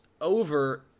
over